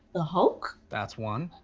the hulk? that's one.